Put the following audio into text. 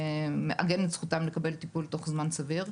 מעגן את זכותם לקבל טיפול תוך זמן סביר.